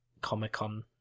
Comic-Con